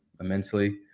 immensely